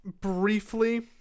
briefly